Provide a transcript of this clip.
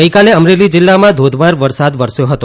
ગઇકાલે અમરેલી જિલ્લામાં ધોધમાર વરસાદ વરસ્યો હતો